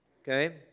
okay